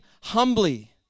humbly